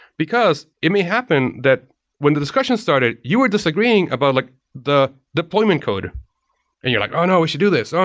because it may happen when the discussion started, you are disagreeing about like the deployment code and you're like, oh, no. we should do this. oh,